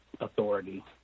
authority